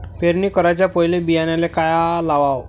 पेरणी कराच्या पयले बियान्याले का लावाव?